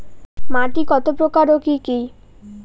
মাটি কতপ্রকার ও কি কী?